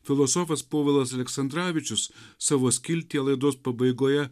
filosofas povilas aleksandravičius savo skiltyje laidos pabaigoje